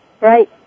Right